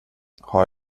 har